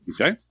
Okay